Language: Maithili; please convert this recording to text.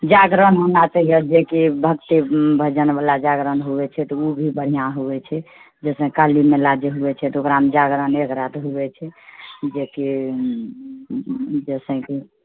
जागरण होना चाहिए जेकी भक्ति भजन वला जागरण हुऐ छै तऽ ओ भी बढ़िआँ हुऐ छै जैसे काली मेला जे हुऐ छै तऽ ओकरामे जागरण अनेक रात हुऐ छै जेकि जैसे की